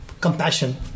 Compassion